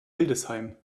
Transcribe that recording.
hildesheim